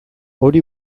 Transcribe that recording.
hori